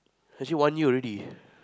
actually one year already